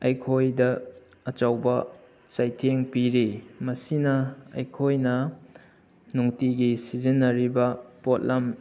ꯑꯩꯈꯣꯏꯗ ꯑꯆꯧꯕ ꯆꯩꯊꯦꯡ ꯄꯤꯔꯤ ꯃꯁꯤꯅ ꯑꯩꯈꯣꯏꯅ ꯅꯨꯡꯇꯤꯒꯤ ꯁꯤꯖꯟꯅꯔꯤꯕ ꯄꯣꯠꯂꯝ